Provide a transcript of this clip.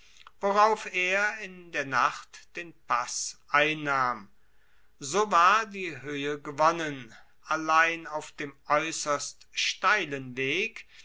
worauf er in der nacht den pass einnahm so war die hoehe gewonnen allein auf dem aeusserst steilen weg